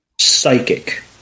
psychic